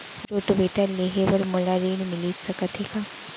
Rotavator लेहे बर मोला ऋण मिलिस सकत हे का?